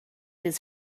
his